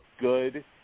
good